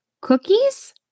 cookies